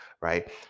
right